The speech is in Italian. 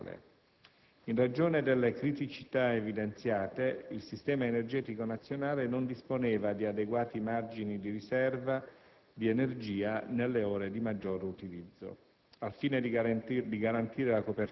rispetto alla loro capacità nominale. In ragione delle criticità evidenziate, il sistema energetico nazionale non disponeva di adeguati margini di riserva di energia nelle ore di maggiore utilizzo.